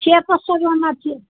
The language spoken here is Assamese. থিয়েটাৰ চাবা না কি